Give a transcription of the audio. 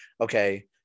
okay